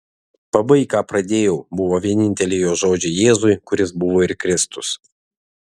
pabaik ką pradėjau buvo vieninteliai jo žodžiai jėzui kuris buvo ir kristus